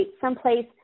someplace